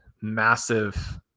Massive